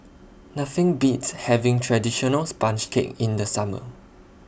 Nothing Beats having Traditional Sponge Cake in The Summer